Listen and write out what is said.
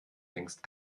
längst